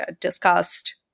discussed